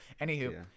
Anywho